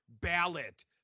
ballot